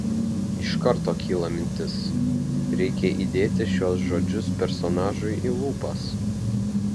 iš karto kyla mintis reikia įdėti šiuos žodžius personažui į lūpas